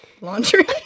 laundry